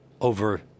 over